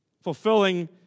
fulfilling